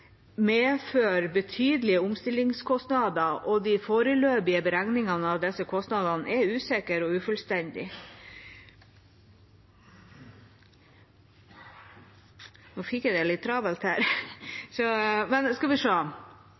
betydelige omstillingskostnader, og de foreløpige beregningene av disse kostnadene er usikre og ufullstendige. Denne lovendringen som jeg